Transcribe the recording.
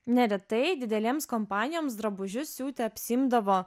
neretai didelėms kompanijoms drabužius siūti apsiimdavo